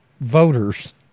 voters